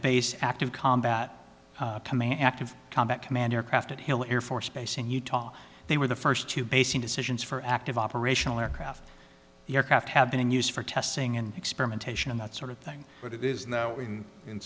base active combat active combat command aircraft at hill air force base in utah they were the first to basing decisions for active operational aircraft the aircraft have been in use for testing and experimentation and that sort of thing but it is now